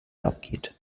abgeht